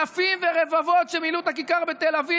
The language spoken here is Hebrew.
אלפים ורבבות מילאו את הכיכר בתל אביב,